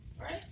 Right